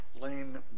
Lane